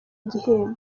igihembo